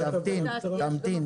דיברתי על נושא הסטנדרט של בשר גולמי,